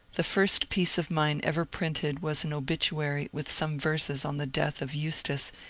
the first piece of mine ever printed was an obituary with some verses on the death of eustace,